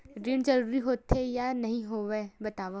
ऋण जरूरी होथे या नहीं होवाए बतावव?